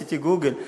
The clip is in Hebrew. עשיתי גוגל,